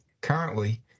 Currently